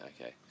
okay